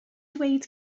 dweud